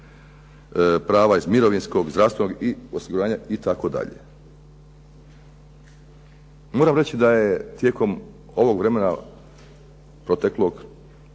prava iz mirovinskog, zdravstvenog osiguranja itd. Moram reći da je tijekom ovog vremena proteklog